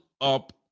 up